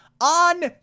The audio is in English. on